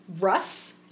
Russ